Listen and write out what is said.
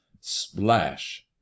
Splash